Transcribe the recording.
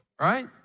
right